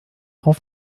auf